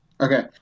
Okay